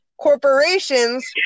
corporations